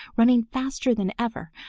running faster than ever,